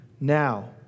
now